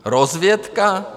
Rozvědka?